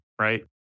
right